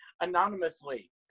anonymously